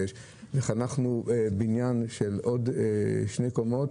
חנכנו בניין בן עוד שתי קומות.